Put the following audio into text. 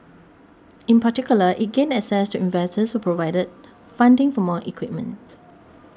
in particular it gained access to investors who provided funding for more equipment